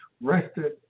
Rested